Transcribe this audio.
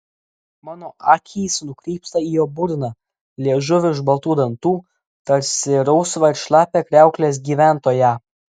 mano akys nukrypsta į jo burną liežuvį už baltų dantų tarsi rausvą ir šlapią kriauklės gyventoją